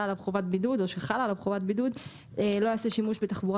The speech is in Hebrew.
עליו חובת בידוד או שחלה עליו חובת בידוד לא יעשה שימוש בתחבורה